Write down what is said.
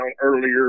earlier